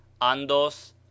andos